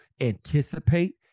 anticipate